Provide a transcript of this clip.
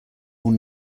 will